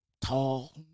tall